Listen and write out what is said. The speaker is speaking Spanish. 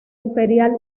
imperial